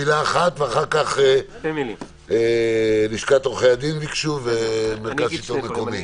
מילה אחת ואחר כך לשכת עורכי הדין ומרכז שלטון מקומי.